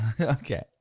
Okay